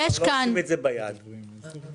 בואו נשים את הדברים על השולחן.